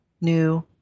new